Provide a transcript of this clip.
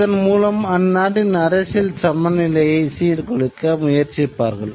அதன் மூலம் அந்நாட்டின் அரசியல் சமநிலையை சீர்குலைக்க முயற்சிப்பார்கள்